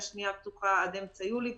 השנייה פתוחה עד אמצע יולי,